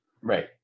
right